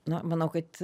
nu manau kad